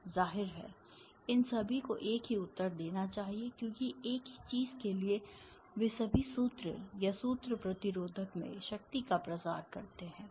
जाहिर है इन सभी को एक ही उत्तर देना चाहिए क्योंकि एक ही चीज के लिए वे सभी सूत्र या सूत्र प्रतिरोधक में शक्ति का प्रसार करते हैं